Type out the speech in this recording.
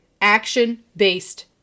action-based